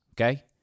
okay